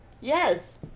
Yes